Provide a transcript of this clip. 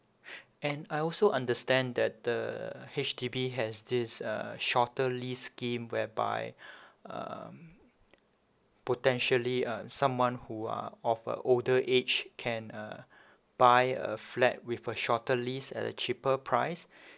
and I also understand that the H_D_B has this uh shorter lease scheme whereby um potentially uh someone who are of a older age can uh buy a flat with a shorter lease at a cheaper price